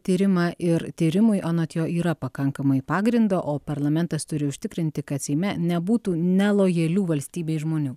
tyrimą ir tyrimui anot jo yra pakankamai pagrindo o parlamentas turi užtikrinti kad seime nebūtų nelojalių valstybei žmonių